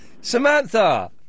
Samantha